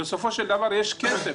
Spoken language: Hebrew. כי בסופו של דבר יש כסף,